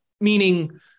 Meaning